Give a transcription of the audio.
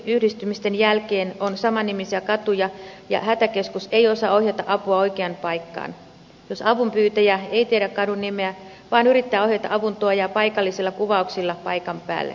kuntayhdistymisten jälkeen on samannimisiä katuja ja hätäkeskus ei osaa ohjata apua oikeaan paikkaan jos avunpyytäjä ei tiedä kadun nimeä vaan yrittää ohjata avun tuojaa paikallisilla kuvauksilla paikan päälle